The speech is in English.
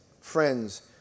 friends